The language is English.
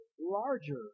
larger